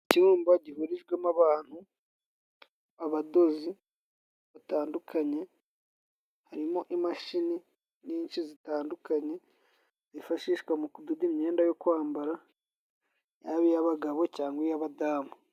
Icyumba gihurijwemo abantu, abadozi batandukanye, harimo imashini nyinshi zitandukanye zifashishwa mu kudoda imyenda yo kwambara yaba iy'abagabo cyangwa iy'abadamu.